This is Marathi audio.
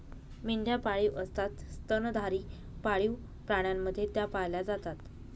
मेंढ्या पाळीव असतात स्तनधारी पाळीव प्राण्यांप्रमाणे त्या पाळल्या जातात